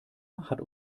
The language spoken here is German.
hat